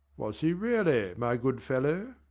was he really, my good fellow?